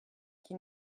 qui